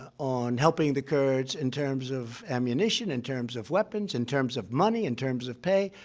on helping the kurds in terms of ammunition, in terms of weapons, in terms of money, in terms of pay.